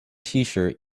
tshirt